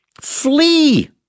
flee